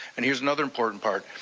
and here's another important part.